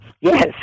Yes